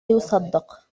يُصدق